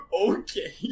okay